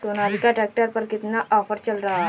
Sonalika tractor पर कितना offer चल रहा है?